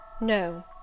No